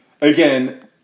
again